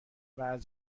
واز